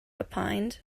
opined